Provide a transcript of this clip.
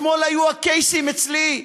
אתמול היו הקייסים, אצלי,